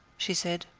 she said,